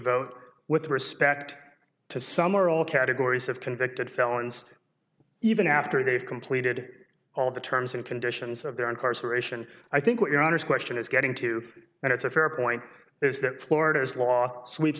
vote with respect to some or all categories of convicted felons even after they've completed all the terms and conditions of their incarceration i think what your honor's question is getting to and it's a fair point is that florida's law sweeps